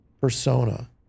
persona